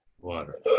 Water